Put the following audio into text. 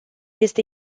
este